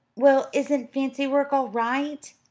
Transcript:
well, isn't fancy-work all right?